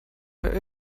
but